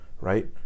right